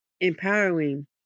empowering